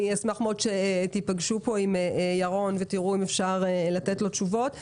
אני אשמח מאוד שתיפגשו עם ירון ותראו אם אפשר לתת לו תשובות.